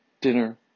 dinner